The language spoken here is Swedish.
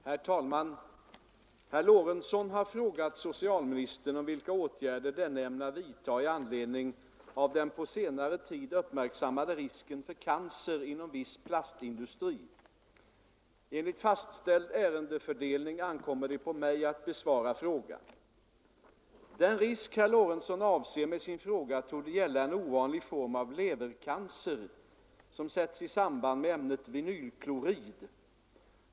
Herr talman! Herr Lorentzon har frågat socialministern om vilka åtgärder denne ämnar vidta i anledning av den på senare tid uppmärksammade risken för cancer inom viss plastindustri. Enligt fastställd ärendefördelning ankommer det på mig att besvara frågan. Den risk herr Lorentzon avser med sin fråga torde gälla en ovanlig form av levercancer, som sätts i samband med ämnet vinylklorid.